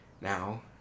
now